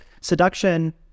seduction